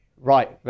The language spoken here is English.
Right